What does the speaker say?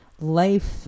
life